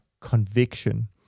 conviction